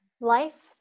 Life